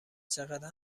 چقدر